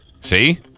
See